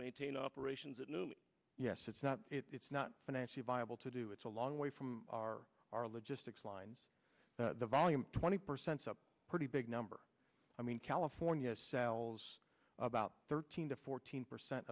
maintain operations at new yes it's not it's not financially viable to do it's a long way from our our logistics lines the volume twenty percent some pretty big number i mean california sells about thirteen to fourteen percent